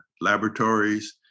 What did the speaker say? laboratories